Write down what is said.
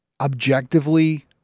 objectively